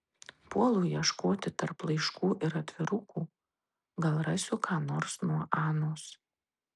puolu ieškoti tarp laiškų ir atvirukų gal rasiu ką nors nuo anos